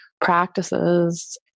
practices